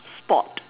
sport